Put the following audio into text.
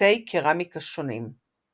ופריטי קרמיקה שונים.